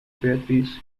beatrice